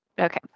Okay